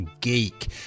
geek